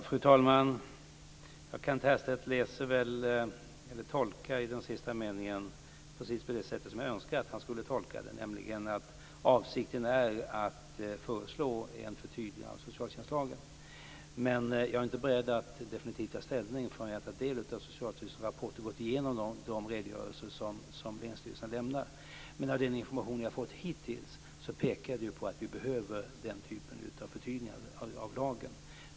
Fru talman! Kent Härstedt tolkar den sista meningen precis på det sätt jag skulle önska att han tolkade den. Avsikten är att föreslå ett förtydligande av socialtjänstlagen. Men jag är inte beredd att definitivt ta ställning förrän jag har fått ta del av Socialstyrelsens rapport och gått igenom de redogörelser som länsstyrelserna lämnar. Den information jag fått hittills pekar på att vi behöver den typen av förtydliganden av lagen.